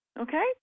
okay